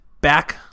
back